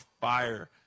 fire